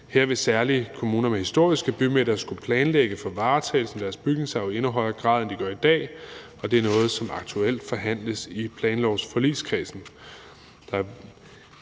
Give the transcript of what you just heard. Her vil særlig kommuner med historiske bymidter skulle planlægge for varetagelsen af deres bygningsarv i endnu højere grad, end de gør i dag, og det er noget, som aktuelt forhandles i planlovsforligskredsen.